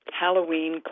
Halloween